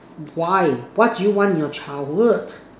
why what do you want in your childhood